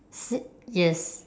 si~ yes